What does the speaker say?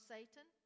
Satan